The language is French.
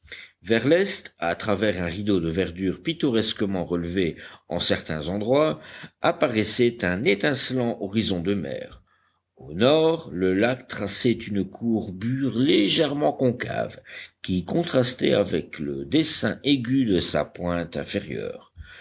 vers l'est à travers un rideau de verdure pittoresquement relevé en certains endroits apparaissait un étincelant horizon de mer au nord le lac traçait une courbure légèrement concave qui contrastait avec le dessin aigu de sa pointe inférieure